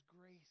grace